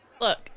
Look